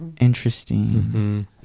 Interesting